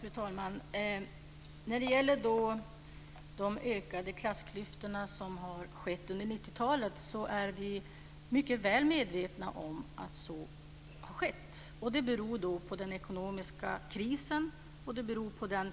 Fru talman! Vi är väl medvetna om de ökade klassklyftorna som har uppstått under 90-talet. Det beror på den ekonomiska krisen, och det beror på den